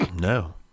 No